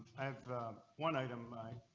i have one item